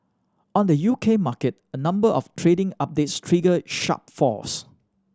on the U K market a number of trading updates triggered sharp falls